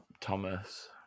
Thomas